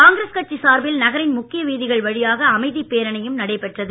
காங்கிரஸ் கட்சி சார்பில் நகரின் முக்கிய வீதிகள் வழியாக அமைதிப்பேரணியும் நடைபெற்றது